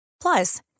Plus